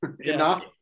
enough